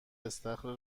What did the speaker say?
استخر